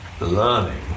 learning